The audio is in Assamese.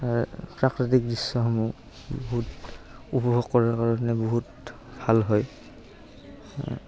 তাৰ প্ৰাকৃতিক দৃশ্যসমূহ বহুত উপভোগ কৰাৰ কাৰণে বহুত ভাল হয়